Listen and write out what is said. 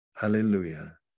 Hallelujah